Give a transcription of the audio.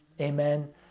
amen